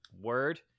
word